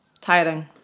Tiring